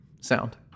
sound